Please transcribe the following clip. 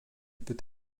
peut